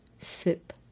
sip